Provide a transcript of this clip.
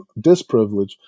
disprivilege